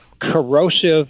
corrosive